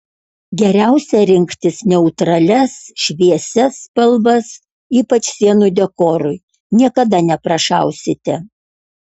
geriausia rinktis neutralias šviesias spalvas ypač sienų dekorui niekada neprašausite